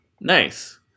Nice